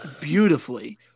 Beautifully